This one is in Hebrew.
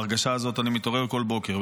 עם ההרגשה הזאת אני מתעורר כל בוקר.